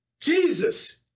Jesus